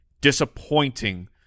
disappointing –